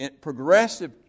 progressive